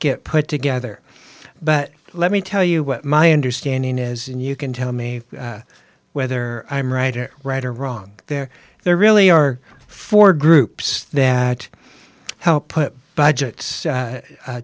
get put together but let me tell you what my understanding is in you can tell me whether i'm right or right or wrong there there really are four groups that help put budgets